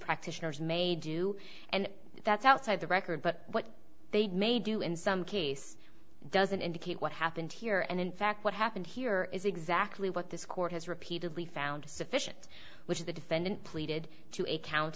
practitioners may do and that's outside the record but what they may do in some case doesn't indicate what happened here and in fact what happened here is exactly what this court has repeatedly found sufficient which is the defendant pleaded to a count